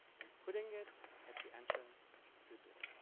and putting it at the entrance of your door.